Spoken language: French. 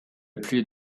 pluie